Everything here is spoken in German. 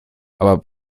aber